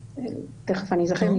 תיכף אני אזכר,